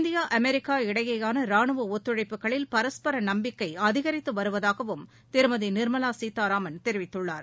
India America இடையேயான ரானுவ ஒத்துழைப்புகளில் பரஸ்பர நம்பிக்கை அதிகரித்து வருவதாகவும் திருமதி நிர்மலா சீதாராமன் தெரிவித்துள்ளார்